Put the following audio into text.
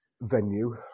venue